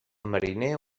mariner